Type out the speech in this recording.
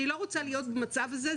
אני לא רוצה להיות במצב הזה.